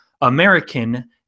American